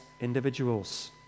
individuals